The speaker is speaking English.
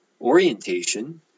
Orientation